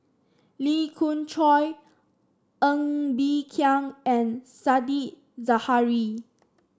Lee Khoon Choy Ng Bee Kia and Said Zahari